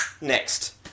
Next